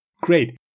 Great